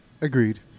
Agreed